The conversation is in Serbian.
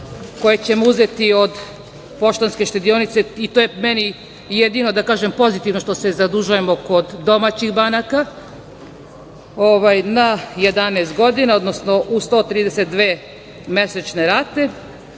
koje ćemo uzeti od „Poštanske štedionice“ i to je meni jedino da kažem pozitivno što se zadužujemo kod domaćih banaka na 11 godina, odnosno u 132 mesečne rate